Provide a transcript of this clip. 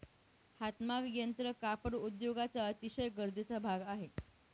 हातमाग यंत्र कापड उद्योगाचा अतिशय गरजेचा भाग आहे